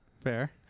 Fair